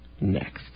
next